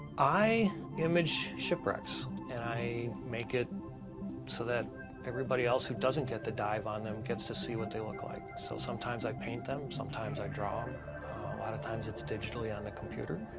i image shipwrecks and i make it so that everybody else who doesn't get to dive on them gets to see what they look like. so sometimes i paint them, sometimes i draw em. a lot of times, it's digitally on the computer.